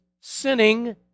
sinning